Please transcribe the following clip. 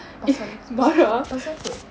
pasal pasal siapa pasal apa